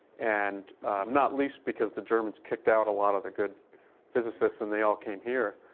and not least because the germans kicked out a lot of the good physicists and they all came here.